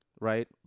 Right